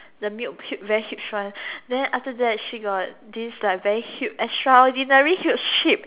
the milk huge very huge one then after that she got this like very huge extraordinary huge ship